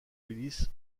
willis